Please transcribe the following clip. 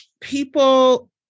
people